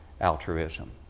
altruism